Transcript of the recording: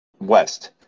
West